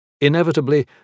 Inevitably